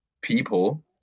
people